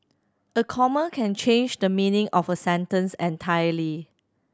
a comma can change the meaning of a sentence entirely